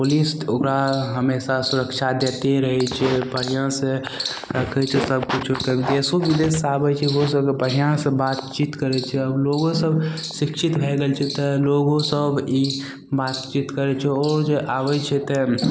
police तऽ ओकरा हमेशा सुरक्षा देते रहय छै बढ़िआँसँ राखय छै सभ किछु कभी देशो विदेशोसँ आबय छै ओहो सभके बढ़िआँसँ बातचीत करय छै आओर लोगो सभ शिक्षित भए गेल छै तऽ लोगो सभ ई बातचीत करय छै आओर जे आबय छै तऽ